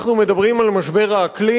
אנחנו מדברים על משבר האקלים.